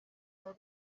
yari